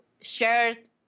shared